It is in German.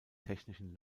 technischen